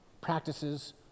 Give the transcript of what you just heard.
practices